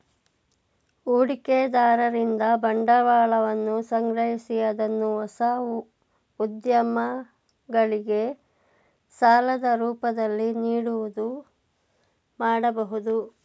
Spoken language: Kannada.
ಹೂಡಿಕೆದಾರರಿಂದ ಬಂಡವಾಳವನ್ನು ಸಂಗ್ರಹಿಸಿ ಅದನ್ನು ಹೊಸ ಉದ್ಯಮಗಳಿಗೆ ಸಾಲದ ರೂಪದಲ್ಲಿ ನೀಡುವುದು ಮಾಡಬಹುದು